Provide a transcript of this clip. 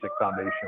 foundation